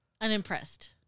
Unimpressed